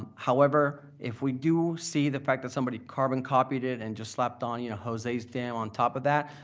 however, if we do see the fact that somebody carbon copied it and just slapped on you know jose's dam on top of that,